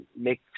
make